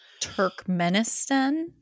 Turkmenistan